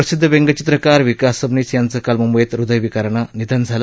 प्रसिद्ध व्यंगचित्रकार विकास सबनीस यांचं काल म्ंबईत हृदयविकरानं निधन झालं